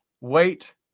wait